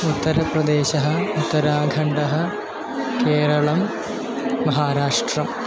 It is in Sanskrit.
उत्तरप्रदेशः उत्तराखण्डं केरळं महाराष्ट्रम्